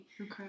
Okay